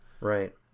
Right